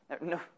No